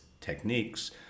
techniques